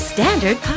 Standard